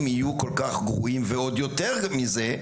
יהיו כל-כך גרועים ועוד יותר מזה,